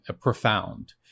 profound